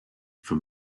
for